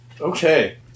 Okay